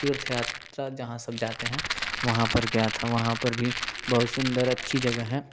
तीर्थ यात्रा जहाँ सब जाते हैं वहाँ पर गया था वहाँ पर भी बहुत सुंदर अच्छी जगह है